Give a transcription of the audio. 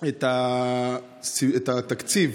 את התקציב